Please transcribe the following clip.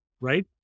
right